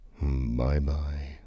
bye-bye